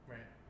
Right